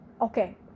Okay